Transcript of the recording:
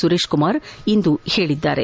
ಸುರೇಶ್ ಕುಮಾರ್ ಇಂದು ತಿಳಿಸಿದ್ದಾರೆ